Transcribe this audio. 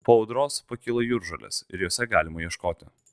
po audros pakyla jūržolės ir jose galima ieškoti